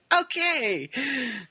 okay